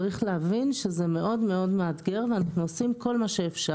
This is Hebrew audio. צריך להבין שזה מאוד מאוד מאתגר ואנחנו עושים כל מה שאפשר.